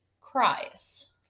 cries